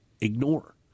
ignore